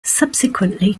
subsequently